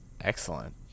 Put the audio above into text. Excellent